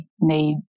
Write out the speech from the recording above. need